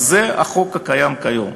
זה החוק הקיים כיום.